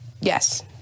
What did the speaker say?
Yes